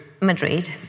Madrid